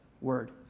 word